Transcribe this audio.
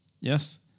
Yes